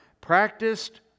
practiced